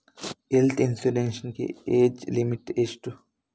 Health insurance ಗೆ age limit ಎಷ್ಟು?